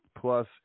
plus